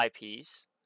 IPs